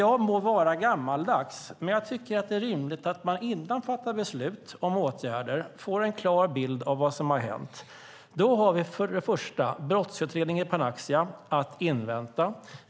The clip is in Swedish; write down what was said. Jag må vara gammaldags, men jag tycker att det är rimligt att man, innan man fattar beslut om åtgärder, får en klar bild av vad som har hänt. Då har vi för det första brottsutredning i Panaxia att invänta.